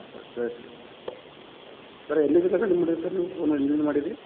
ಹಾಂ sir sir ಎಲ್ಲಿದೀರಿ sir ನಿಮ್ಮ ಮನೆ ನೀವು ಫೋನ್ ಎಲ್ಲಿಂದ ಮಾಡೀರಿ